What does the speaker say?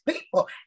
people